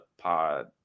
pod